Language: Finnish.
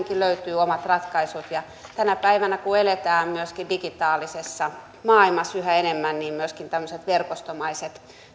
löytyy omat ratkaisut ja tänä päivänä kun eletään myöskin digitaalisessa maailmassa yhä enemmän niin myöskin tämmöiset verkostomaiset